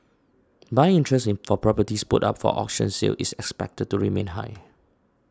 buying interest for properties put up for auction sale is expected to remain high